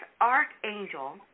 archangel